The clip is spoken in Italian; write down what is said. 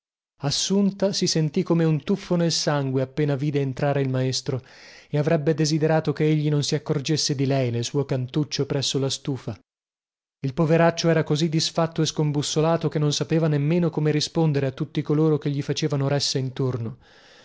assunta si sentì come un tuffo nel sangue appena vide entrare il maestro e avrebbe desiderato che egli non si accorgesse di lei nel suo cantuccio presso la stufa il poveraccio era così disfatto e scombussolato che non sapeva nemmeno come rispondere a tutti coloro che gli facevano ressa intorno